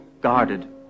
guarded